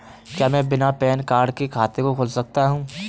क्या मैं बिना पैन कार्ड के खाते को खोल सकता हूँ?